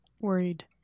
worried